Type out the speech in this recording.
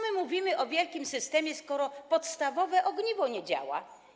Co tu mówić o wielkim systemie, skoro podstawowe ogniwo nie działa?